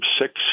six